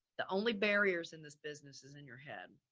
the only barriers in this business is in your head.